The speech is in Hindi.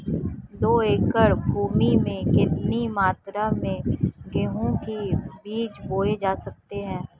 दो एकड़ भूमि में कितनी मात्रा में गेहूँ के बीज बोये जा सकते हैं?